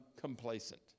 complacent